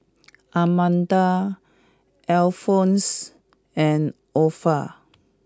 Amanda Alphonse and Orpha